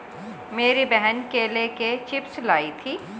मेरी बहन केले के चिप्स लाई थी